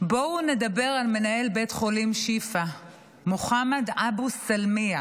בואו נדבר על מנהל בית חולים שיפא מוחמד אבו סלמיה.